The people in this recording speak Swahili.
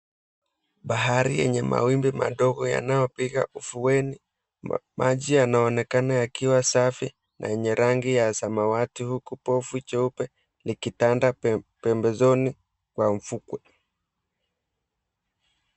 Bahari yenye mawimbi madogo yanayopiga ufueni. Maji yanaonekana yakiwa safi na yenye rangi ya samawati huku povu cheupe likitanda pe pembezoni wa ufukwe.